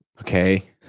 Okay